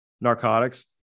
narcotics